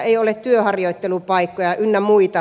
ei ole työharjoittelupaikkoja ynnä muita